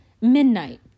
midnight